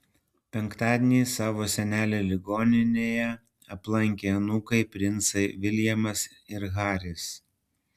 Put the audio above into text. penktadienį savo senelį ligoninėje aplankė anūkai princai viljamas ir haris